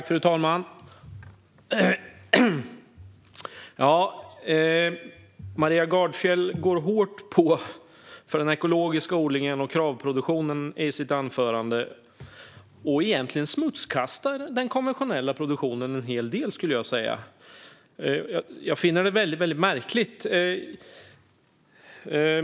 Fru talman! Maria Gardfjell gick på hårt för den ekologiska odlingen och Kravproduktionen i sitt anförande och smutskastade egentligen den konventionella produktionen en hel del, skulle jag säga. Jag finner det väldigt märkligt.